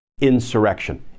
insurrection